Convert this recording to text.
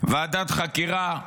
ועדת חקירה,